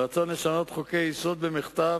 הרצון לשנות חוקי-יסוד במחטף,